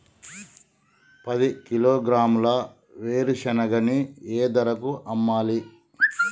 పది కిలోగ్రాముల వేరుశనగని ఏ ధరకు అమ్మాలి?